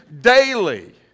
Daily